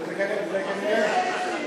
זה שם